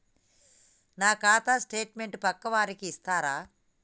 నా ఖాతా స్టేట్మెంట్ పక్కా వారికి ఇస్తరా?